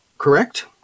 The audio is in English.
correct